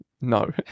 No